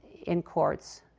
in courts,